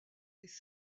des